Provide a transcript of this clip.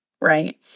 right